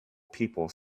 people